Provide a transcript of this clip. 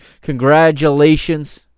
Congratulations